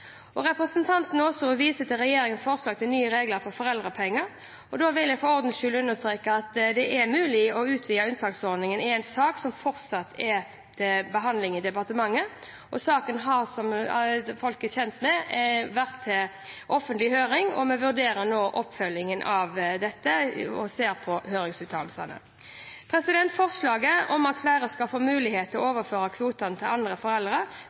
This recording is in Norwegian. Representanten Aasrud viser til regjeringens forslag til nye regler for foreldrepenger. Jeg vil for ordens skyld understreke at det er mulig å utvide unntaksordningen i en sak som fortsatt er til behandling i departementet. Saken har, som folk er kjent med, vært på offentlig høring, og vi vurderer nå oppfølgingen av dette og ser på høringsuttalelsene. Forslaget om at flere skal få mulighet til å overføre kvoten til den andre